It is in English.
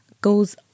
goes